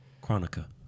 Chronica